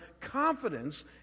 confidence